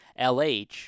LH